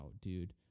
dude